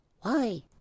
Why